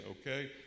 okay